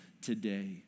today